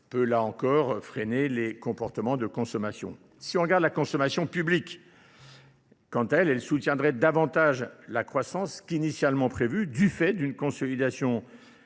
peut là encore freiner les comportements de consommation. Si on regarde la consommation publique, Quand elle, elle soutiendrait davantage la croissance qu'initialement prévue du fait d'une consolidation